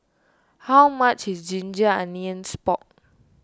how much is Ginger Onions Pork